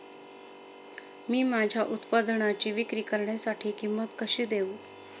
मी माझ्या उत्पादनाची विक्री करण्यासाठी किंमत कशी देऊ?